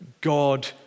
God